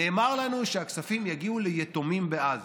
נאמר לנו שהכספים יגיעו ליתומים בעזה.